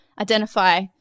identify